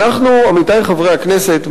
עמיתי חברי הכנסת,